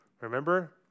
remember